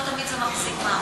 לא תמיד זה מחזיק מעמד.